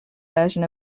version